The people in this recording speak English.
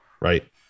right